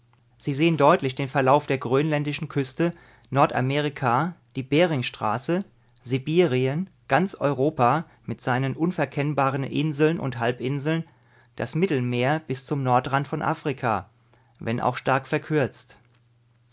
sie sehen deutlich den verlauf der grönländischen küste nordamerika die beringstraße sibirien ganz europa mit seinen unverkennbaren inseln und halbinseln das mittelmeer bis zum nordrand von afrika wenn auch stark verkürzt